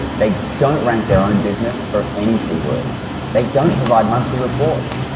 they don't rank their own business for any keywords. they don't provide monthly reports.